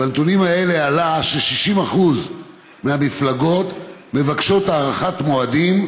בנתונים האלה עלה ש-60% מהמפלגות מבקשות הארכת מועדים,